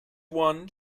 one